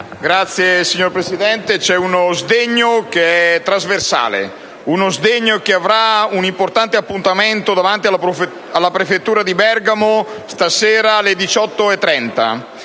Signor Presidente, c'è uno sdegno che è trasversale, uno sdegno che avrà un importante appuntamento davanti alla prefettura di Bergamo stasera, alle ore 18,30.